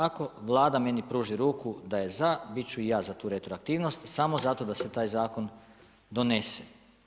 Ako Vlada meni pruži ruku da je za, biti ću i ja za tu retroaktivnost, samo zato da se taj zakon donese.